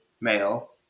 male